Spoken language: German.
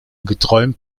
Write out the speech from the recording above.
geträumt